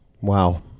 Wow